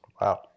Wow